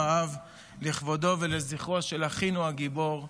אהב לכבודו ולזכרו של אחינו הגיבור לידור.